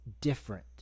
different